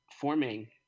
forming